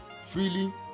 freely